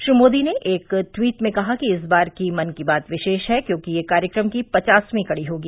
श्री मोदी ने एक ट्वीट में कहा कि इस बार की मन की बात विशेष है क्योंकि यह कार्यक्रम की पचासवीं कड़ी होगी